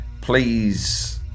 please